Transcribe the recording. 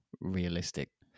realistic